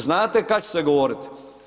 Znate kad će se govoriti?